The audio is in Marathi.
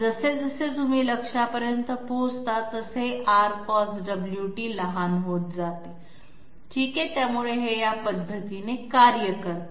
जसे जसे तुम्ही लक्ष्यापर्यंत पोहोचता तसे RCosωt लहान होत जाते ठीक आहे त्यामुळे हे या पद्धतीने कार्य करते